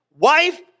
Wife